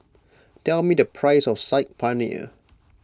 tell me the price of Saag Paneer